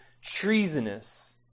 treasonous